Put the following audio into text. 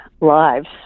lives